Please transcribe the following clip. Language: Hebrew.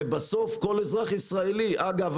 ובסוף כל אזרח ישראלי אגב,